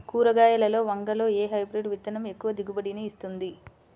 కూరగాయలలో వంగలో ఏ హైబ్రిడ్ విత్తనం ఎక్కువ దిగుబడిని ఇస్తుంది?